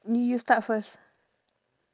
you start first